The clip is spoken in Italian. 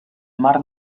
mar